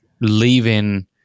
leaving